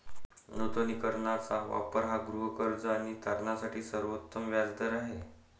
नूतनीकरणाचा वापर हा गृहकर्ज आणि तारणासाठी सर्वोत्तम व्याज दर आहे